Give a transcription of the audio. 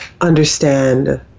understand